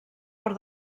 per